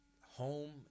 home